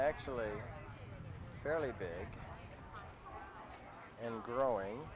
actually fairly big and growing